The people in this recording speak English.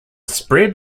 spread